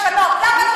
איך אפשר לעצור אותה?